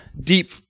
deep